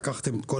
לקחתם את כל